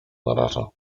naraża